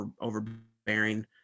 overbearing